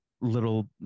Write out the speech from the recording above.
little